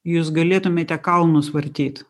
jūs galėtumėte kalnus vartyt